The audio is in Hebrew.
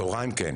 וצוהריים כן.